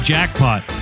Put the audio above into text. Jackpot